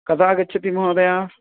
कदा आगच्छति महोदय